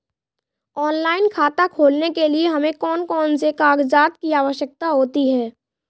Online खाता खोलने के लिए हमें कौन कौन से कागजात की आवश्यकता होती है?